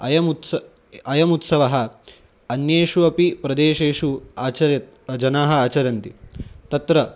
अयम् उत्सवः अयमुत्सवः अन्येषु अपि प्रदेशेषु आचर्यते जनाः आचरन्ति तत्र